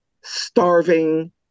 starving